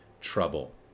trouble